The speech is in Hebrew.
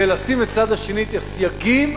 ולשים בצד השני את הסייגים,